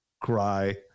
cry